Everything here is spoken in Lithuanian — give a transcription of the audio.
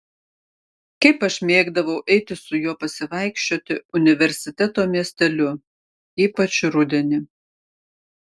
kaip aš mėgdavau eiti su juo pasivaikščioti universiteto miesteliu ypač rudenį